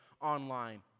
online